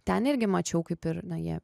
ten irgi mačiau kaip ir na jie